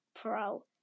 Pro